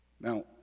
Now